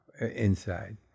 inside